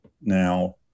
now